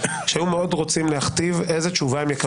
שהיו מאוד רוצים להכתיב איזה תשובה הם יקבלו אצלה.